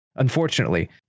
unfortunately